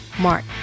Mark